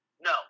no